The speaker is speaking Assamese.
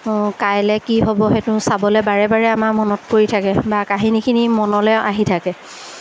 কাইলৈ কি হ'ব সেইটো চাবলৈ বাৰে বাৰে আমাৰ মনত পৰি থাকে বা কাহিনীখিনি মনলৈ আহি থাকে